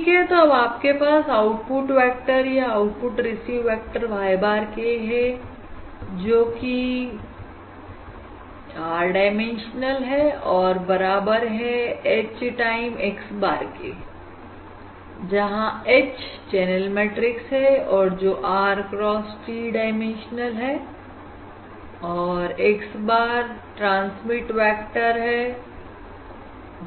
ठीक है तो अब आपके पास आउटपुट वेक्टर या output receive vector y bar k है जो कि r डाइमेंशनल है और बराबर है H टाइम x bar के जहां H चैनल मैट्रिक्स है और जो r cross t डाइमेंशनल है और x bar ट्रांसमीट वेक्टर और